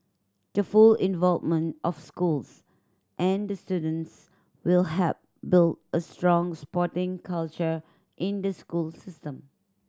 the full involvement of schools and students will help build a strong sporting culture in the school system